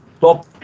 top